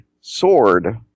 sword